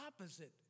opposite